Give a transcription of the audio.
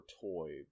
toy